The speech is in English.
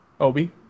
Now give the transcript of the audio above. Obi